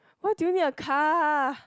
why do you need a car